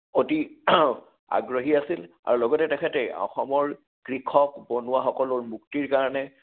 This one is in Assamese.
অতি আগ্ৰহী আছিল আৰু লগতে তেখেতে অসমৰ কৃষক বনোৱাসকলৰ মুক্তিৰ কাৰণে